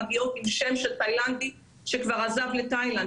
מגיעות עם שם של תאילנדי שכבר עזב לתאילנד,